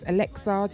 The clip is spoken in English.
Alexa